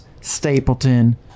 stapleton